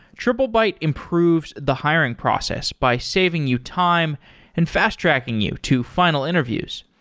triplebyte improves the hiring process by saving you time and fast-tracking you to final interviews.